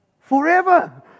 forever